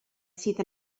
sydd